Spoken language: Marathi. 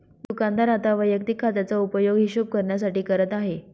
दुकानदार आता वैयक्तिक खात्याचा उपयोग हिशोब करण्यासाठी करत आहे